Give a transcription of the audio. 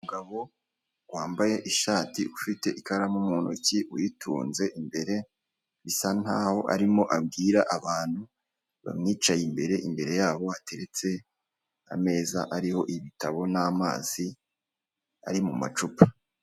Umugabo wambaye ishati ufite ikaramu mu ntoki, uyitonze imbere bisa nkaho arimo abwira abantu bamwicaye imbere imbere yabo ateretse ameza ariho ibitabo n'amazi ari mu macupa.